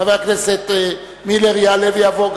חבר הכנסת מילר יעלה ויבוא,